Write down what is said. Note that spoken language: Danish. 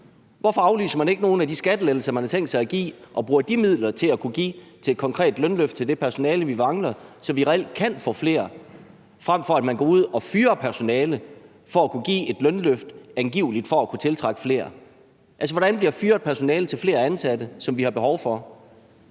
Hvorfor aflyser man ikke nogle af de skattelettelser, man har tænkt sig at give, og bruger de midler til at kunne give til et konkret lønløft til det personale, vi mangler, så vi reelt kan få flere, frem for at man går ud og fyrer personale for at kunne give et lønløft, angiveligt for at kunne tiltrække flere? Altså, hvordan bliver fyret personale til flere ansatte, som vi har behov for?